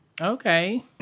okay